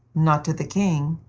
not to the king,